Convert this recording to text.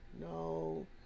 no